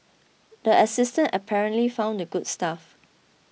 the assistant apparently found the good stuff